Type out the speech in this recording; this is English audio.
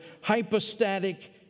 hypostatic